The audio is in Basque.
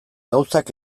gauzak